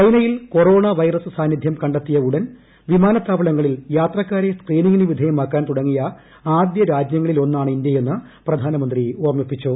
ചൈനയിൽ കോറോണ് ക്ട്രിക്കുവറസ് സാന്നിധ്യം കണ്ടെത്തിയ ഉടൻ വിമാനത്താവ്യള്ളങ്ങ്ളിൽ യാത്രക്കാരെ സ്ക്രീനിംഗിന് വിധേയമാക്കാൻ തുടങ്ങിയ ആദ്യ രാജ്യങ്ങളിലൊന്നാണ് ഇന്ത്യയെന്ന് പ്രധാനമന്ത്രി ഓർമ്മപ്പിച്ചു